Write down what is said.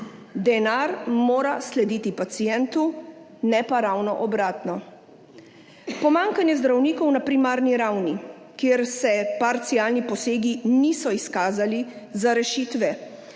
Denar mora slediti pacientu, ne pa ravno obratno. Pomanjkanje zdravnikov na primarni ravni, kjer se parcialni posegi niso izkazali za rešitve,